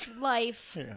life